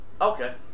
Okay